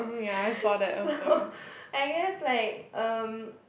so I guess like um